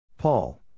Paul